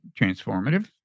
transformative